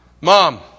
Mom